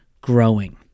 growing